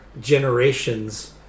generations